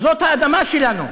זאת האדמה שלנו.